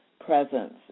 presence